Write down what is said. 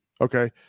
okay